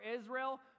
Israel